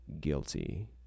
guilty